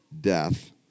death